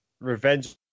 revenge